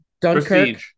Dunkirk